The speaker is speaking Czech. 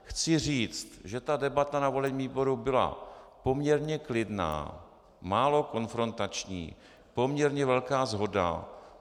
Chci říct, že debata na volebním výboru byla poměrně klidná, málo konfrontační, poměrně velká shoda.